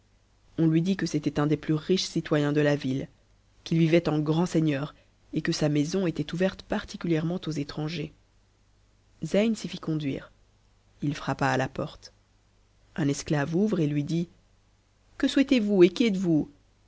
on lui dit que c'était un des plus riches citoyens de la ville qu'il vivait en grand seigneur et que sa maison était ouverte particulièrement aux étrangers zeyn s'y fit conduire t frappa à la porte un esclave ouvre et lui dit que souhaitez-vous